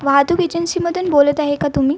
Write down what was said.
वाहतूक एजन्सीमधून बोलत आहे का तुम्ही